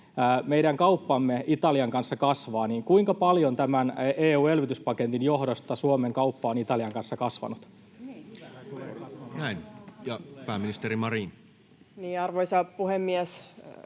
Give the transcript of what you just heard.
meidän kauppamme Italian kanssa kasvaa, niin kertokaa nyt edes: kuinka paljon tämän EU:n elvytyspaketin johdosta Suomen kauppa Italian kanssa on kasvanut?